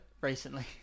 recently